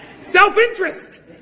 Self-interest